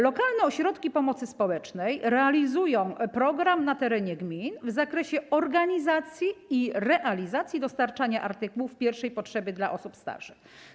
Lokalne ośrodki pomocy społecznej realizują program na terenie gmin w zakresie organizacji i realizacji dostarczania artykułów pierwszej potrzeby osobom starszym.